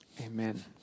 Amen